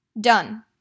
Done